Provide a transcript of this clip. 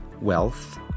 wealth